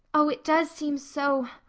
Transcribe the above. oh, it does seem so.